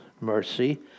mercy